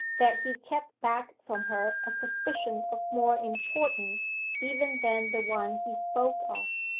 that he kept back from her a suspicion of more importance even than the one he spoke of,